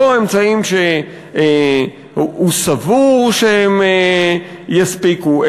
לא אמצעים שהוא סבור שהם יספיקו,